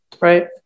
right